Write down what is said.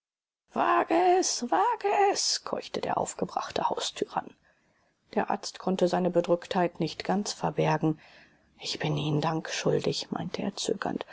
wage es wage es keuchte der aufgebrachte haustyrann der arzt konnte seine bedrücktheit nicht ganz verbergen ich bin ihnen dank schuldig meinte